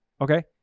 Okay